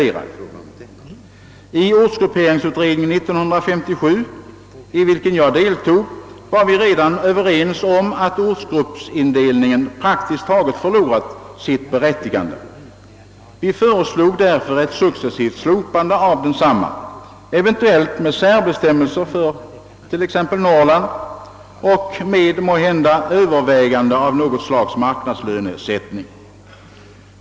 Redan i ortsgrupperingsutredningen 1957, i vilken jag deltog, var vi överens om att ortsgruppsindelningen praktiskt taget förlorat sitt berättigande. Vi föreslog därför ett successivt slopande av densamma, eventuellt med särbestämmelser för bl.a. Norrland och måhända med övervägande av något slags marknadslönesättning.